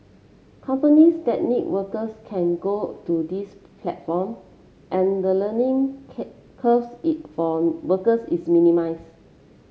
companies that need workers can go to this platform and the learning is minimize